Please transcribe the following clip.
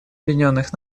объединенных